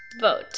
Vote